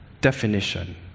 definition